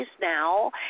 now